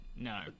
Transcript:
No